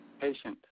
Patient